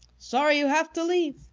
sorry you have to leave,